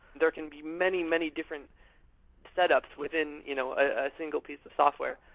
there can be many, many different setups within you know a single piece of software.